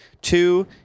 Two